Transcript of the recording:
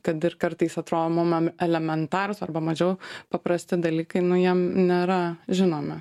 kad ir kartais atrodo mum em elementarūs arba mažiau paprasti dalykai nu jiem nėra žinomi